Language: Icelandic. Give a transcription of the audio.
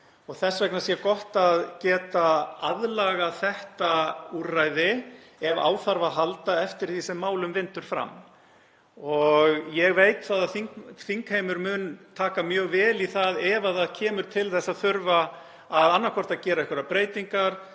Þess vegna er gott að geta aðlagað þetta úrræði ef á þarf að halda eftir því sem málum vindur fram. Ég veit að þingheimur mun taka mjög vel í það ef það kemur til þess að þurfa annaðhvort að gera einhverjar breytingar,